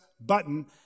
button